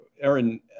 Aaron